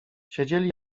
siedzieli